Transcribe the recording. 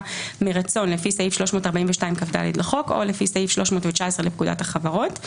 מרצון לפי סעיף 342כד לחוק או לפי סעיף 319 לפקודת החברות.